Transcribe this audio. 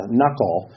knuckle